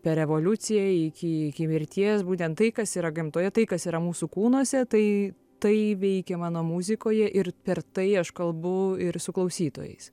per evoliuciją iki iki mirties būtent tai kas yra gamtoje tai kas yra mūsų kūnuose tai tai veikia mano muzikoje ir per tai aš kalbu ir su klausytojais